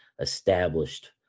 established